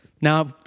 now